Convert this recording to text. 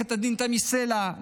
עו"ד תמי סלע,